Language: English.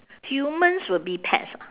humans will be pets ah